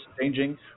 changing